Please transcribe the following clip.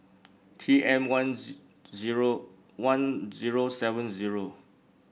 T M one zero one zero seven zero